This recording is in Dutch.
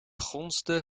gonsde